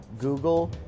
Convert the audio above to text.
Google